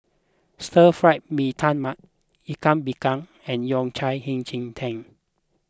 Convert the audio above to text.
Stir Fry Mee Tai Mak Ikan Bakar and Yao Cai Hei Ji Tang